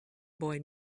boy